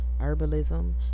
herbalism